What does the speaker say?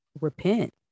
repent